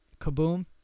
kaboom